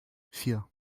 vier